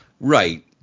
right